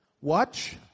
watch